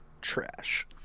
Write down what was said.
trash